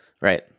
Right